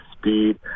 speed